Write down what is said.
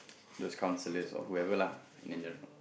those counsellors or whoever lah